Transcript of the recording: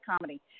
comedy